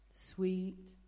Sweet